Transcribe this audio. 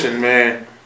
man